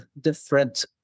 different